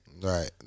Right